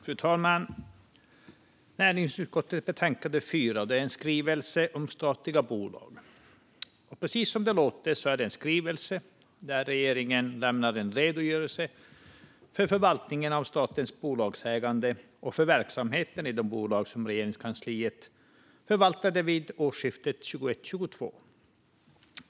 Fru talman! I näringsutskottets betänkande 4 behandlas en skrivelse om statliga bolag. Precis som det låter är det en skrivelse där regeringen lämnar en redogörelse för förvaltningen av statens bolagsägande och för verksamheten i de bolag som Regeringskansliet förvaltade vid årsskiftet 2021/22.